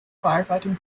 firefighting